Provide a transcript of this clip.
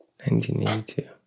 1982